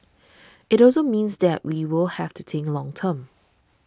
it also means that we will have to think long term